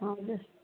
हजुर